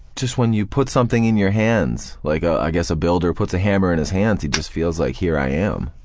when you put something in your hands, like i guess a builder puts a hammer in his hands he just feels like here i am,